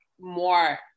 more